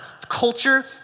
culture